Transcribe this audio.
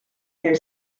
their